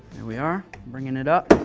here we are, bringing it up.